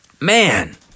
Man